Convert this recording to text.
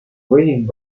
reading